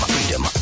Freedom